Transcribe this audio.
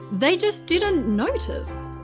they just didn't notice.